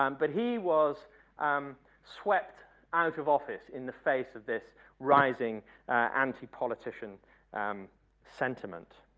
um but he was um swept out of office in the face of this rising anti-politician um sentiment.